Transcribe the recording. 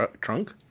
trunk